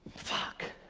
fuck.